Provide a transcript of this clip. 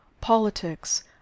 Politics